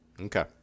Okay